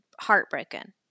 heartbroken